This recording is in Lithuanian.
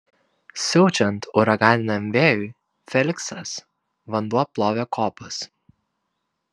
siaučiant uraganiniam vėjui feliksas vanduo plovė kopas